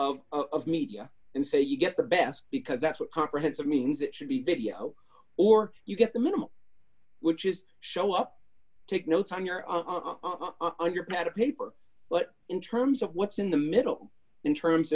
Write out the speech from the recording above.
of of media and say you get the best because that's what comprehensive means it should be video or you get the minimal which is show up take notes on your own your pad of paper but in terms of what's in the middle in terms